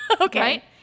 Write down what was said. okay